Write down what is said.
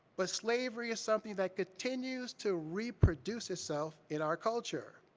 but slavery is something that continues to reproduce itself in our culture.